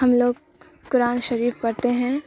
ہم لوگ قرآن شریف پڑھتے ہیں